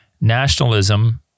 nationalism